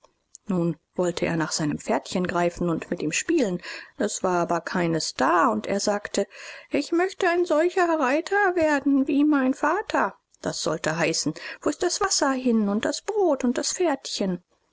nun wollte er nach seinem pferdchen greifen und mit ihm spielen es war aber keines da und er sagte ich möcht ein solcher reiter werden wie mein vater das sollte heißen wo ist das wasser hin und das brot und das pferdchen